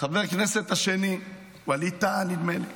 חבר הכנסת השני, ווליד טאהא, נדמה לי.